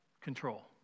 control